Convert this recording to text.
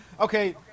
okay